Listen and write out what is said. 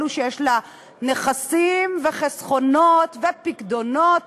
אלו שיש לה נכסים וחסכונות ופיקדונות,